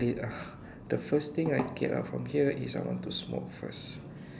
late ah the first thing I get out from here is I want to smoke first